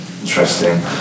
Interesting